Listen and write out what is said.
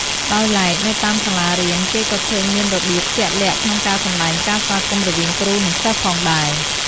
ដោយឡែក នៅតាមសាលារៀន គេក៏ឃើញមានរបៀបជាក់លាក់ក្នុងការសម្ដែងការស្វាគមន៍ រវាងគ្រូ និងសិស្សផងដែរ។